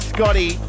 Scotty